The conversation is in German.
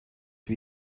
wie